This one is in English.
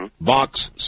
box